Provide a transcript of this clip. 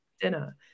dinner